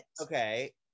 okay